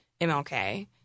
MLK